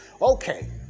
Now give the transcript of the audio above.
Okay